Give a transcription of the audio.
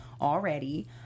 already